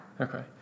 Okay